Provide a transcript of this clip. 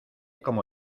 como